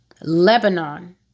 Lebanon